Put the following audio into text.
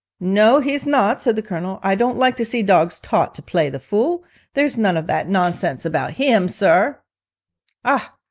no, he's not said the colonel i don't like to see dogs taught to play the fool there's none of that nonsense about him, sir ah,